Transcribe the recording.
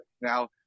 Now